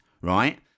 right